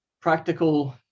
practical